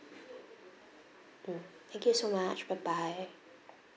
mm thank you so much bye bye